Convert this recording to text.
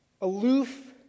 aloof